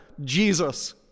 Jesus